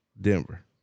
Denver